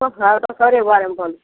ओ हरदम तोरे बारेमे बोलतो छै